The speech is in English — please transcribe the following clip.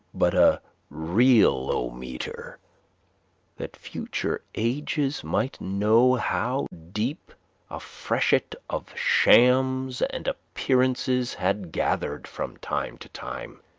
but a realometer, that future ages might know how deep a freshet of shams and appearances had gathered from time to time.